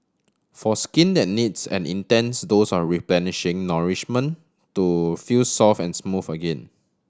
for skin that needs an intense dose are replenishing nourishment to feel soft and smooth again